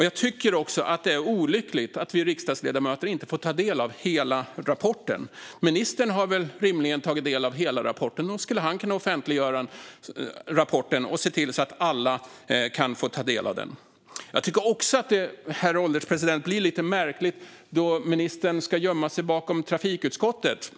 Jag tycker att det är olyckligt att vi riksdagsledamöter inte får ta del av hela rapporten. Ministern har väl rimligen tagit del av hela rapporten. Nog skulle han kunna offentliggöra rapporten och se till att alla kan få ta del av den. Herr ålderspresident! Jag tycker också att det blir lite märkligt när ministern gömmer sig bakom trafikutskottet.